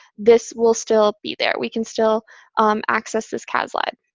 this will still be there. we can still access this cas lib.